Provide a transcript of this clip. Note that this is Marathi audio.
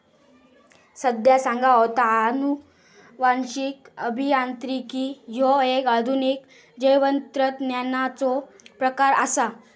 संध्या सांगा होता, अनुवांशिक अभियांत्रिकी ह्यो एक आधुनिक जैवतंत्रज्ञानाचो प्रकार आसा